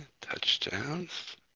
touchdowns